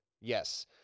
Yes